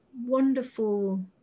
wonderful